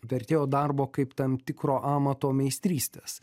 vertėjo darbo kaip tam tikro amato meistrystės